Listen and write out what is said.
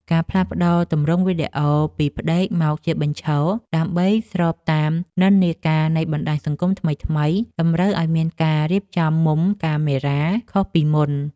ការផ្លាស់ប្តូរទម្រង់វីដេអូពីផ្ដេកមកជាបញ្ឈរ ដើម្បីស្របតាមនិន្នាការនៃបណ្ដាញសង្គមថ្មីៗ តម្រូវឱ្យមានការរៀបចំមុំកាមេរ៉ាខុសពីមុន។